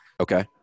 Okay